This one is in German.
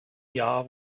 jahr